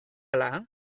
ala